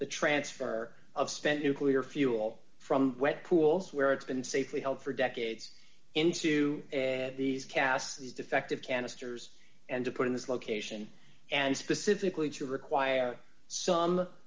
the transfer of spent nuclear fuel from wet pools where it's been safely held for decades into these casts these defective canisters and to put in this location and specifically to require some